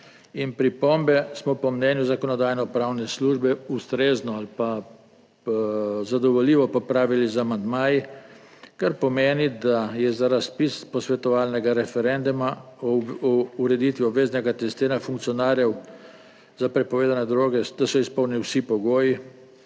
in pripombe smo po mnenju Zakonodajno-pravne službe ustrezno ali pa zadovoljivo popravili z amandmaji, kar pomeni, da je za razpis posvetovalnega referenduma o ureditvi obveznega testiranja funkcionarjev za prepovedane droge, da so izpolnjeni vsi pogoji.